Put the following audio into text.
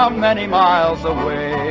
um many miles away